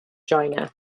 joyner